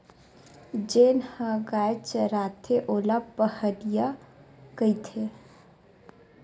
जेन ह गाय चराथे ओला पहाटिया कहिथे